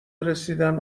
رسیدن